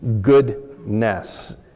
goodness